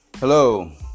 Hello